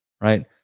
right